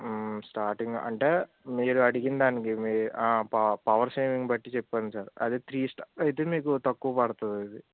starting అంటే మీరు అడిగిన దానికి మీద మీ పవర్ సేవింగ్ బట్టి చెప్పాను సార్ అదే త్రీ స్టార్ అయితే మీకు తక్కువ పడుతుంది అది